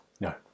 No